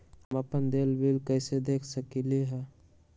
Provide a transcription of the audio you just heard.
हम अपन देल बिल कैसे देख सकली ह?